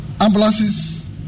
ambulances